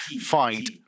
fight